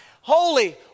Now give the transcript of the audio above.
Holy